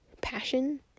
passion